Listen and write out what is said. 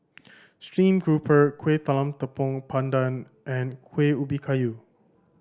steamed grouper Kueh Talam Tepong Pandan and Kuih Ubi Kayu